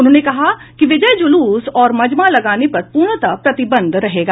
उन्होंने कहा कि विजय जुलूस और मजमा लगाने पर पूर्णतः प्रतिबंध रहेगा